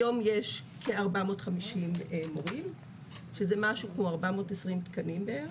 היום יש כ-450 מורים שזה משהו כמו 420 תקנים בערך.